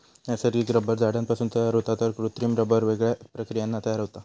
नैसर्गिक रबर झाडांपासून तयार होता तर कृत्रिम रबर वेगवेगळ्या प्रक्रियांनी तयार होता